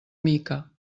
mica